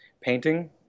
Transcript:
painting